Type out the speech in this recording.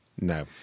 No